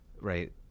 right